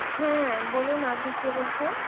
হ্যাঁ বলুন আপনি কে বলছেন